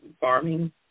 farming